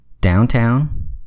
downtown